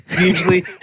Usually